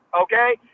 Okay